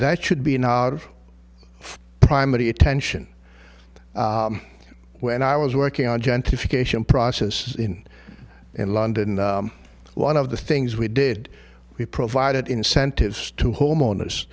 that should be an out of primary attention when i was working on gentrification process in in london one of the things we did we provided incentives to homeowners